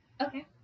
Okay